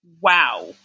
Wow